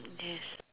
there's